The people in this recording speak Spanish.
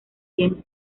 james